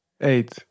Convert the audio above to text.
Eight